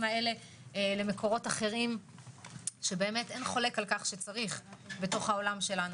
האלה למקורות אחרים שאין חולק על כך שצריך בעולם שלנו.